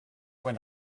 when